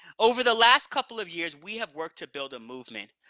over the last couple of years, we have worked to build a movement,